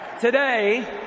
Today